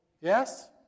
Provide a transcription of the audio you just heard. Yes